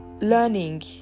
learning